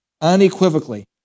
Unequivocally